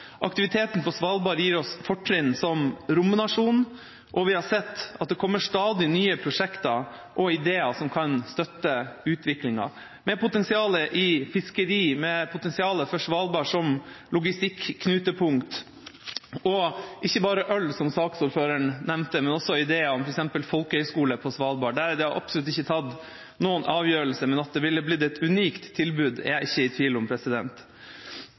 Aktiviteten på Svalbard gir oss fortrinn som romnasjon, og vi har sett at det stadig kommer nye prosjekter og ideer som kan støtte utviklingen – med potensial innenfor fiskeri og med potensial for Svalbard som logistikknutepunkt. Det gjelder ikke bare øl, som saksordføreren nevnte, men også ideer om f.eks. folkehøyskole på Svalbard – der er det absolutt ikke tatt noen avgjørelse, men at det ville blitt et unikt tilbud, er jeg ikke i tvil om.